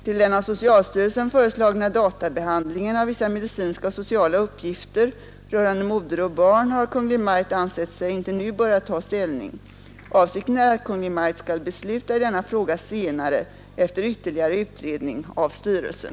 Till den av socialstyrelsen föreslagna databehandlingen av vissa medicinska och sociala uppgifter rörande moder och barn har Kungl. Maj:t ansett sig inte nu böra ta ställning. Avsikten är att Kungl. Maj:t skall besluta i denna fråga senare efter ytterligare utredning av styrelsen.